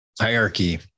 Hierarchy